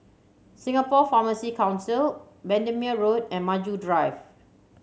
Singapore Pharmacy Council Bendemeer Road and Maju Drive